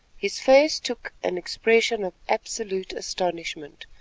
his face took an expression of absolute astonishment,